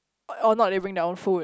or not labelling their own food